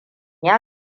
ya